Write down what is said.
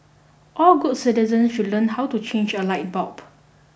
all good citizens should learn how to change a light bulb